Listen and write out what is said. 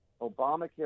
Obamacare